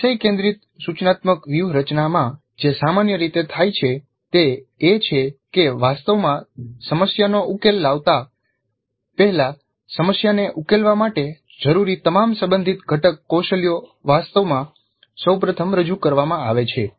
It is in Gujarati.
વિષય કેન્દ્રિત સૂચનાત્મક વ્યૂહરચનામાં જે સામાન્ય રીતે થાય છે તે એ છે કે વાસ્તવમાં સમસ્યાનો ઉકેલ લાવતા પહેલા સમસ્યાને ઉકેલવા માટે જરૂરી તમામ સંબંધિત ઘટક કૌશલ્યો વાસ્તવમાં સૌપ્રથમ રજૂ કરવામાં આવે છે